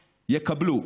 יקבלו,